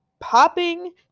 popping